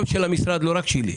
גם של המשרד ולא רק שלי.